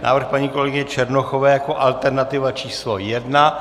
Návrh paní kolegyně Černochové jako alternativa číslo jedna.